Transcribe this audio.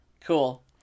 Cool